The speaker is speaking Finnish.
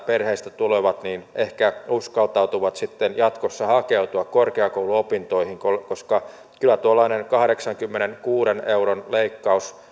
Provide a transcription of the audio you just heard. perheistä tulevat opiskelijat ehkä uskaltautuvat sitten jatkossa hakeutumaan korkeakouluopintoihin koska kyllä tuollainen kahdeksankymmenenkuuden euron leikkaus